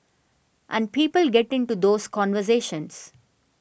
and people get into those conversations